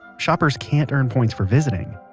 shoppers can't earn points for visiting.